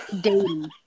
Dating